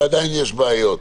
ועדיין יש בעיות.